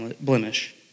blemish